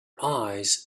eyes